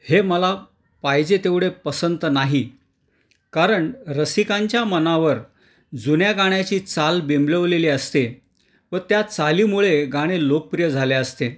हे मला पाहिजे तेवढे पसंत नाही कारण रसिकांच्या मनावर जुन्या गाण्याची चाल बिंबवलेली असते व त्या चालीमुळे गाणे लोकप्रिय झाले असते